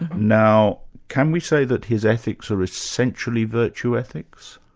now can we say that his ethics are essentially virtue ethics?